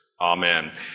Amen